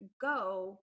go